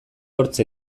hortz